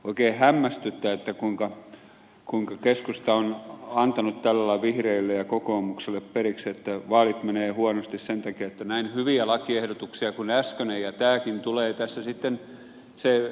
oikein hämmästyttää kuinka keskusta on antanut tällä lailla vihreille ja kokoomukselle periksi että vaalit menevät huonosti sen takia että näin hyviä lakiehdotuksia kuin äskeinen ja tämäkin tulee